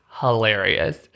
hilarious